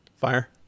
Fire